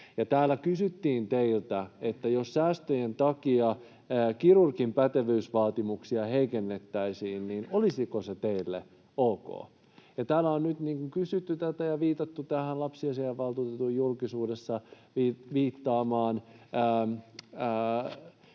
Täällä kysyttiin teiltä, että jos säästöjen takia kirurgin pätevyysvaatimuksia heikennettäisiin, niin olisiko se teille ok. Täällä on nyt kysytty tätä ja viitattu tähän lapsiasiainvaltuutetun julkisuudessa viitattuun